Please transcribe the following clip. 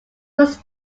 was